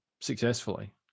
successfully